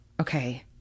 okay